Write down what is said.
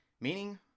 meaning